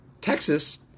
Texas